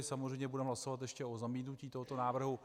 Samozřejmě budeme hlasovat ještě o zamítnutí tohoto návrhu.